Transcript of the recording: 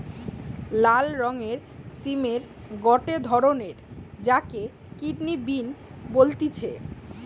লাল রঙের সিমের গটে ধরণ যাকে কিডনি বিন বলতিছে